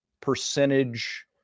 percentage